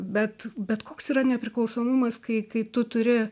bet bet koks yra nepriklausomumas kai kai tu turi